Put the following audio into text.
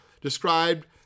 described